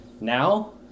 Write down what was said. Now